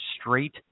straight